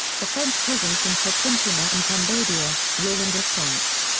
the french presence in cochinchina and cambodia rule and response.